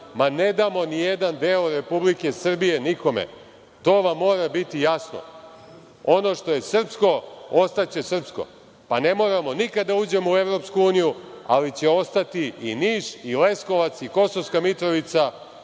Ma, ne damo nijedan deo Republike Srbije nikome. To vam mora biti jasno. Ono što je srpsko, ostaće srpsko. Ne moramo nikad da uđemo u EU, ali će ostati i Niš, i Leskovac, i Kosovska Mitrovica